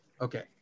Okay